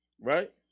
right